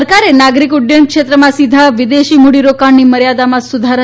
સરકારે નાગરીક ઉડૃયન ક્ષેત્રમાં સીધા વિદેશી મુડીરોકાણની મર્યાદામાં સુધારા